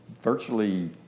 virtually